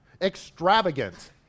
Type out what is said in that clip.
Extravagant